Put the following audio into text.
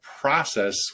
process